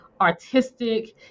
artistic